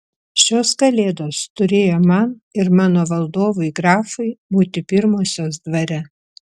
šios kalėdos turėjo man ir mano valdovui grafui būti pirmosios dvare